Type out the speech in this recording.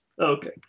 Okay